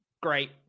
Great